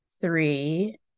three